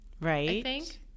right